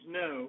no